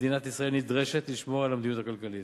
מדינת ישראל נדרשת לשמור על המדיניות הכלכלית.